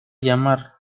llamar